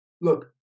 Look